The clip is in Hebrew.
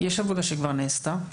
יש עבודה שכבר נעשתה.